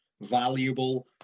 valuable